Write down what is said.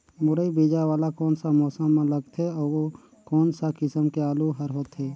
मुरई बीजा वाला कोन सा मौसम म लगथे अउ कोन सा किसम के आलू हर होथे?